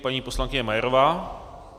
Paní poslankyně Majerová.